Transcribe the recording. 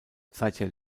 seither